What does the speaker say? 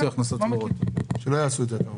אתה אומר שלא יעשו את זה.